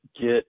get